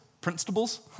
principles